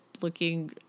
looking